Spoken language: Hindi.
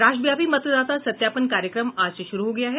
राष्ट्रव्यापी मतदाता सत्यापन कार्यक्रम आज से शुरू हो गया है